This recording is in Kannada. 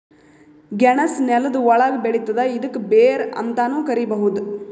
ಗೆಣಸ್ ನೆಲ್ದ ಒಳ್ಗ್ ಬೆಳಿತದ್ ಇದ್ಕ ಬೇರ್ ಅಂತಾನೂ ಕರಿಬಹುದ್